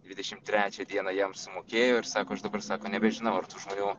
dvidešim trečią dieną jam sumokėjo ir sako aš dabar sako nebežinau ar tų žmonių